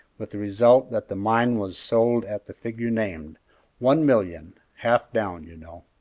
with the result that the mine was sold at the figure named one million, half down, you know.